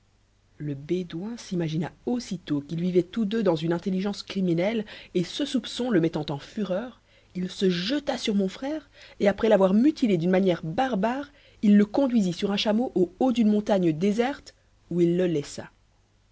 le bédouin s'imagina aussitôt qu'ils vivaient tous deux dans une intelligence criminelle et ce soupçon le mettant en fureur il se jeta sur mon frère et après l'avoir mutilé d'une manière barbare il le conduisit sur un chameau au haut d'une montagne déserte où il le laissa